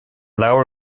leabhar